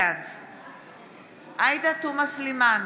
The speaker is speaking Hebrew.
בעד עאידה תומא סלימאן,